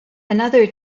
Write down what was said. another